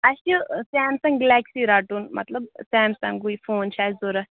اَسہِ چھِ Samsung galaxy رَٹُن مطلب سٮ۪مسنٛگُے فون چھِ اَسہِ ضوٚرَتھ